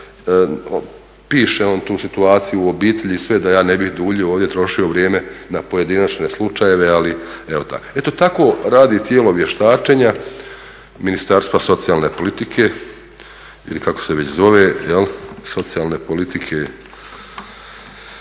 piše on tu situaciju u obitelji i sve da ja ne bih duljio ovdje i trošio vrijeme na pojedinačne slučajeve. Eto tako radi tijelo vještačenja Ministarstva socijalne politike ili kako se već zove. Ja se